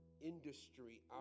industry